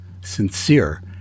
sincere